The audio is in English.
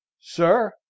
sir